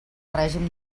règim